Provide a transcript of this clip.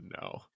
no